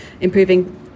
improving